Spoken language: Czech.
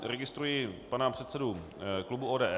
Registruji pana předsedu klubu ODS.